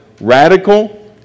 radical